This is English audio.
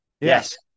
Yes